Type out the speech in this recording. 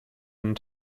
and